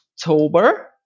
October